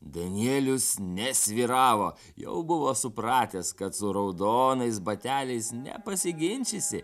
danielius nesvyravo jau buvo supratęs kad su raudonais bateliais nepasiginčysi